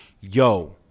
yo